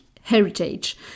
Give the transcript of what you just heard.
heritage